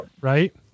Right